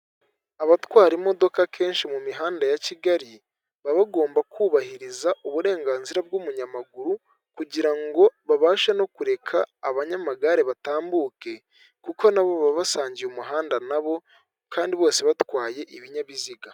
Abatwara imodoka kenshi mu mihanda ya kigali baba bagomba kubahiriza uburenganzira bw'umunyamaguru kugira ngo babashe no kureka abanyamagare batambuke, kuko nabo baba basangiye umuhanda nabo kandi bose batwaye ibinyabiziga.